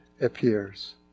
appears